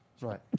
Right